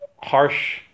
harsh